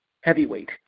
heavyweight